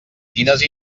quines